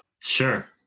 Sure